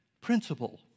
principle